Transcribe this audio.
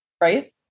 right